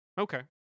Okay